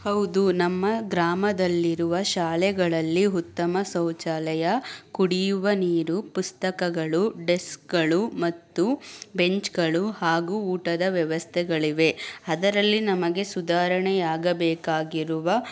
ಹೌದು ನಮ್ಮ ಗ್ರಾಮದಲ್ಲಿರುವ ಶಾಲೆಗಳಲ್ಲಿ ಉತ್ತಮ ಶೌಚಾಲಯ ಕುಡಿಯುವ ನೀರು ಪುಸ್ತಕಗಳು ಡೆಸ್ಕ್ಗಳು ಮತ್ತು ಬೆಂಚ್ಗಳು ಹಾಗೂ ಊಟದ ವ್ಯವಸ್ಥೆಗಳಿವೆ ಅದರಲ್ಲಿ ನಮಗೆ ಸುಧಾರಣೆಯಾಗಬೇಕಾಗಿರುವ